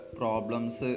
problems